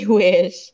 wish